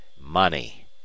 Money